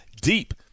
Deep